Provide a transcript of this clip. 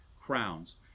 crowns